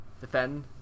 defend